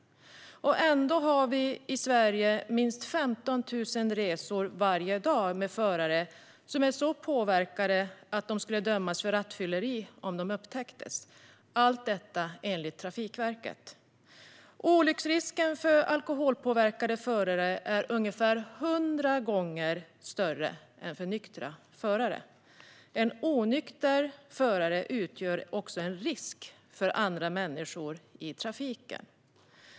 Ändå har vi i Sverige minst 15 000 resor varje dag med förare som är så påverkade att de skulle dömas för rattfylleri om de upptäcktes, allt detta enligt Trafikverket. Olycksrisken för alkoholpåverkade förare är ungefär 100 gånger större än för nyktra förare. En onykter förare utgör också en stor risk för andra människor i trafiken.